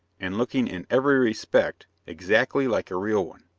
and looking in every respect exactly like a real one.